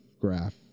graph